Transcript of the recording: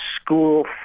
school